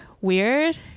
weird